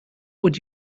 would